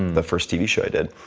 the first tv show i did.